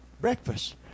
breakfast